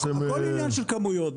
הכול עניין של כמויות,